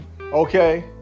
Okay